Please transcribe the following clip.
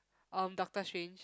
um Doctor-Strange